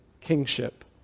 kingship